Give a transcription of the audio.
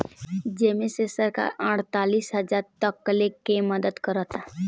जेमे से सरकार अड़तालीस हजार तकले के मदद करता